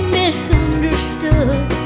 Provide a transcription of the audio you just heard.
misunderstood